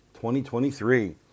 2023